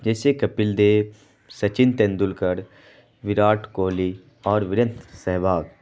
جیسے کپل دیو سچن تندولکر وراٹ کوہلی اور وریندر سہواگ